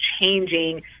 changing